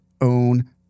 own